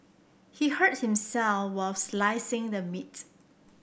he hurt himself while slicing the meat